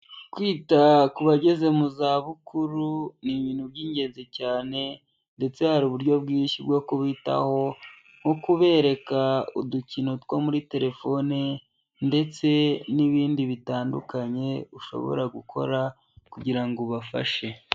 Kwita ku bageze mu zabukuru, ni ibintu by'ingenzi cyane ndetse hari uburyo bwinshi bwo kubitaho, nko kubereka udukino two muri telefone ndetse n'ibindi bitandukanye ushobora gukora kugira ngo ubafashe.